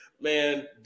man